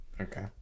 Okay